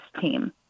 team